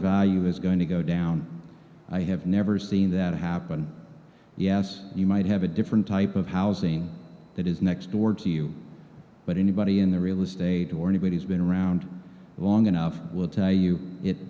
value is going to go down i have never seen that happen yes you might have a different type of housing that is next door to you but anybody in the real estate or anybody's been around long enough will tell you it